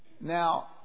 Now